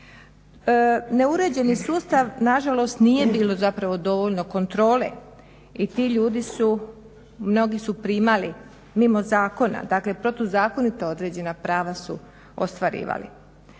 Neuređeni sustav nažalost nije bilo zapravo dovoljno kontrole i ti ljudi su, mnogi su primali mimo zakona, dakle protuzakonito određena prava su ostvarivali